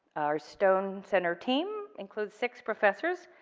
our stone center team includes six professors,